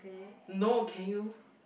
no can you